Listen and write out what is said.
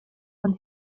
von